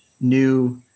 new